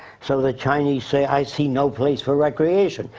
so the chinese say i see no place for recreation,